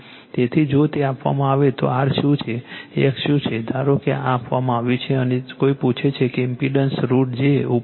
તેથી જો તે આપવામાં આવે તો r શું છે x શું છે ધારો કે આ આપવામાં આવ્યું છે અને કોઈ પૂછે છે કે ઇમ્પેડન્સ √ j ઉપર છે